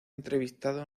entrevistado